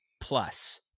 plus